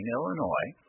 Illinois